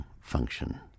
function